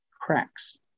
cracks